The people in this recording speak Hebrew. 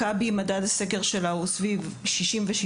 מדד הסקר של מכבי הוא סביב 67%,